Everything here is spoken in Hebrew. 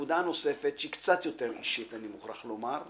נקודה נוספת שהיא קצת יותר אישית, אני מוכרח לומר,